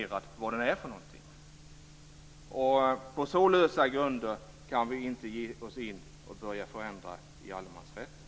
Man talar inte om vad det är för någonting. På så lösa grunder kan vi inte ge oss in och börja förändra i allemansrätten.